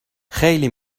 خیلی